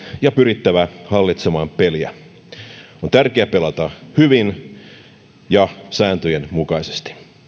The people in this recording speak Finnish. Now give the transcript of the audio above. ja pyrittävä hallitsemaan peliä on tärkeää pelata hyvin ja sääntöjen mukaisesti